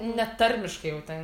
netarmiškai jau ten